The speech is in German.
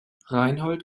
reinhold